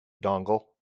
dongle